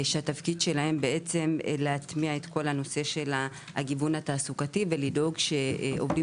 שתפקידם להטמיע את כל נושא הגיוון התעסוקתי ולדאוג שעולים